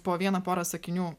po vieną porą sakinių